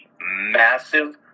massive